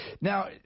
Now